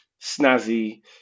snazzy